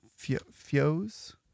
Fios